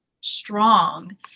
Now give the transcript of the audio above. strong